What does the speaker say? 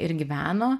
ir gyveno